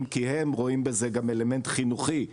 אם כי הם רואים בזה גם אלמנט חינוכי,